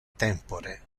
tempore